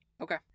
Okay